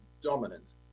dominant